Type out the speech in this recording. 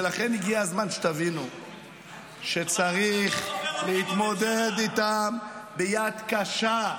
לכן הגיע הזמן שתבינו שצריך להתמודד איתם ביד קשה.